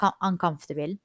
uncomfortable